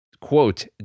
quote